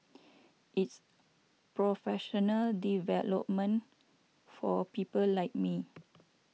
it's professional development for people like me